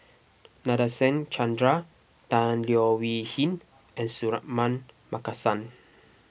Nadasen Chandra Tan Leo Wee Hin and Suratman Markasan